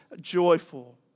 joyful